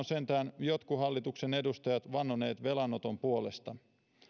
sentään jotkut hallituksen edustajat ovat vannoneet velanoton puolesta